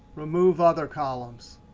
remove other columns.